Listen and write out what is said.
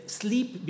sleep